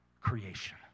creation